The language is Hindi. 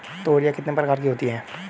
तोरियां कितने प्रकार की होती हैं?